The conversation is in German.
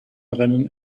rennen